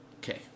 Okay